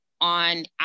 on